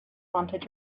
wanted